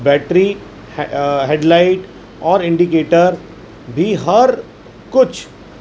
battery headlight اور indicator بھی ہر کچھ